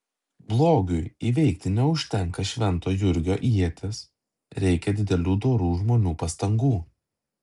blogiui įveikti neužtenka švento jurgio ieties reikia didelių dorų žmonių pastangų